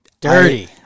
Dirty